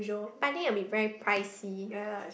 but think it will be very pricey